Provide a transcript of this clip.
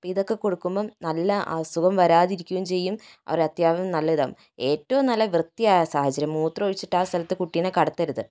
ഇപ്പോൾ ഇതൊക്കെ കൊടുക്കുമ്പോൾ നല്ല അസുഖം വരാതിരിക്കുകയും ചെയ്യും അവരത്യാവശ്യം നല്ല ഇതാവും ഏറ്റവും നല്ലത് വൃത്തിയായ സാഹചര്യം മൂത്രമൊഴിച്ചിട്ട് ആ സ്ഥലത്ത് കുട്ടീനെ കിടത്തരുത്